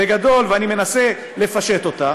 בגדול, ואני מנסה לפשט אותה,